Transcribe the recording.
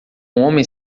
homem